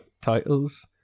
titles